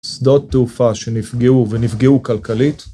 שדות תעופה שנפגעו ונפגעו כלכלית